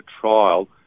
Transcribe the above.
trial